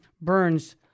Burns